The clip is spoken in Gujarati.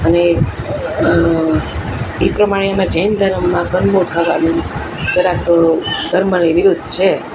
અને એ પ્રમાણે અમે જૈન ધર્મમાં કંદમૂળ ખાવાનું જરાક ધર્મની વિરુદ્ધ છે